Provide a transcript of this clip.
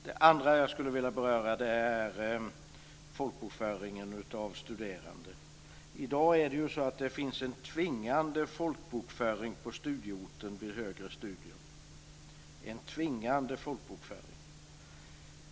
Det andra jag skulle vilja beröra är folkbokföringen av studerande. I dag finns det en tvingande folkbokföring på studieorten vid högre studier, en tvingande folkbokföring.